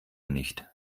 nicht